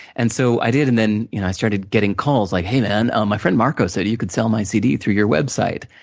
and so, i did, and then you know i started getting calls, like, hey man, um my friend marco said you could sell my cd through your website.